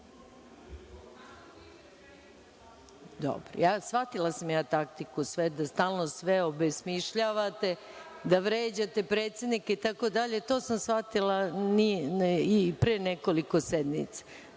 Shvatila sam taktiku, da stalno sve obesmišljavate, da vređate predsednika itd. to sam shvatila i pre nekoliko sednica.